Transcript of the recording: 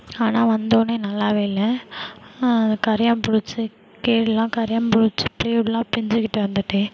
ஆனால் வந்தோடனே நல்லா இல்லை கரையான் பிடிச்சி கீழேலாம் கரையான் பிடிச்சி ப்ளைவுட்டுலாம் பிஞ்சுகிட்டு வந்துட்டு